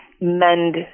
mend